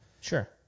Sure